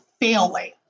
failing